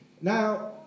Now